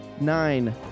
nine